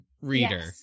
reader